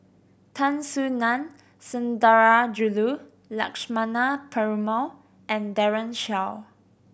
Tan Soo Nan Sundarajulu Lakshmana Perumal and Daren Shiau